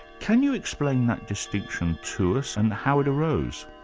can you explain that distinction to us and how it arose?